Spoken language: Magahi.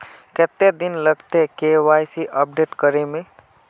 कते दिन लगते के.वाई.सी अपडेट करे में?